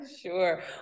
Sure